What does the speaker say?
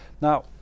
Now